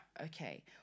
okay